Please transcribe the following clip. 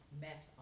met